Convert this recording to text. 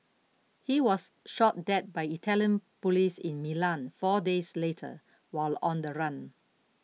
he was shot dead by Italian police in Milan four days later while on the run